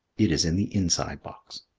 it is in the inside box.